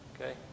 okay